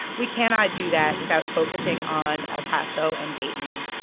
we cannot do that without focusing on el paso and dayton.